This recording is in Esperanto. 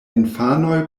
infanoj